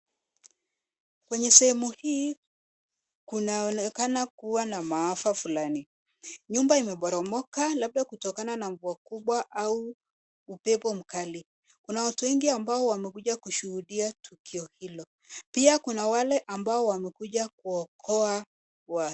Kwenye sehemu hii kunaonekana kuwa na maafa fulani. Nyumba imeporomoka labda kutokana na mvua kubwa au upepo mkali. Kuna watu wengi ambao wamekuja kushuhudia tukio hilo. Pia kuna wale ambao wamekuja kuokoa watu.